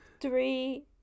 Three